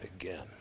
again